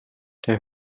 der